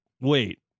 Wait